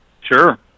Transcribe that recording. Sure